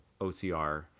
OCR